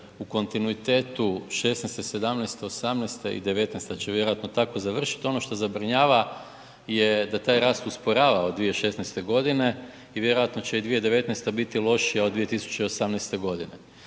u kontinuitetu '16., '17., '18. i '19. će vjerojatno tako završiti. Ono što zabrinjava je da taj rast usporava od 2016. godine i vjerojatno će 2019. biti lošija od 2018. godine.